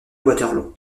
waterloo